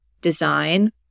design